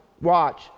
watch